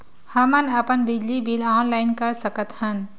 हमन अपन बिजली बिल ऑनलाइन कर सकत हन?